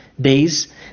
days